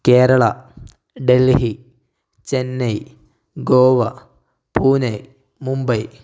Kerala Delhi Chennai Goa Pune Mumbai